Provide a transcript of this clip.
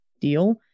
deal